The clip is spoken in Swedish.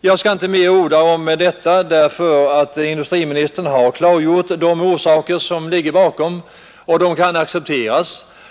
Jag skall inte orda mer om detta, eftersom industriministern klargjort de orsaker som ligger bakom beslutet.